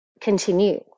continue